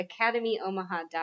AcademyOmaha.com